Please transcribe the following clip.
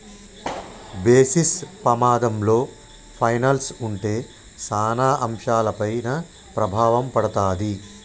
basis పమాధంలో పైనల్స్ ఉంటే సాన అంశాలపైన ప్రభావం పడతాది